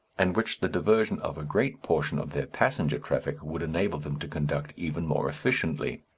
and which the diversion of a great portion of their passenger traffic would enable them to conduct even more efficiently.